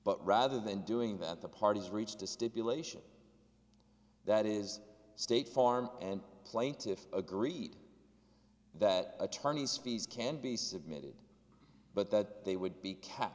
but rather than doing that the parties reached a stipulation that is state farm and plaintiffs agreed that attorneys fees can be submitted but that they would be ca